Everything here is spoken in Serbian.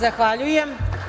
Zahvaljujem.